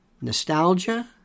Nostalgia